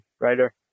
writer